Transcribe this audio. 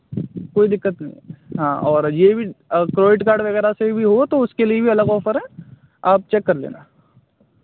कोई दिक्कत नहीं है हाँ और यह भी क्रेडिट कार्ड वगैरह से भी होगा तो उसके लिए भी अलग ऑफ़र हैं आप चेक कर लेना